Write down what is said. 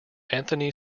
anthony